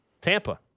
Tampa